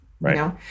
right